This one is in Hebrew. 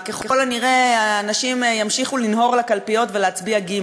ככל הנראה אנשים ימשיכו לנהור לקלפיות ולהצביע ג'.